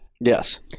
yes